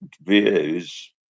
views